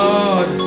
Lord